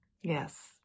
Yes